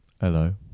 Hello